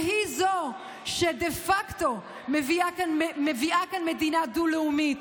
והיא זו שדה פקטו מביאה כאן מדינה דו-לאומית.